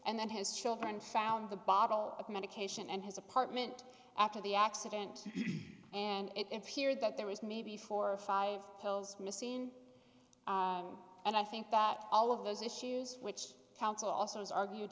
and then his children found the bottle of medication and his apartment after the accident and it appeared that there was maybe four or five pills missing and i think that all of those issues which council also has argued